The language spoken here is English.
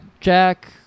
Jack